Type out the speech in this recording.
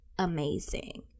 amazing